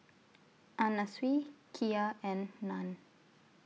Anna Sui Kia and NAN